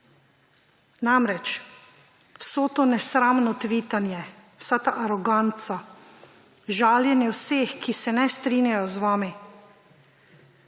zasedate. Vso to nesramno tvitanje, vsa ta aroganca, žaljenje vseh, ki se ne strinjajo z vami,